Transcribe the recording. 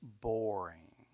boring